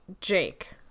Jake